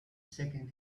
shaken